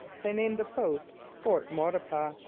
they named the post fort maurepas,